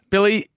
Billy